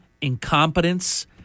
incompetence